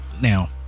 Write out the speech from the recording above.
now